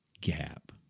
gap